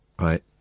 right